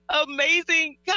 amazing